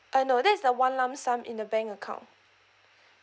uh no that's the one lump sum in the bank account